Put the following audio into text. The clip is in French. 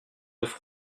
neuf